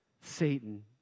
Satan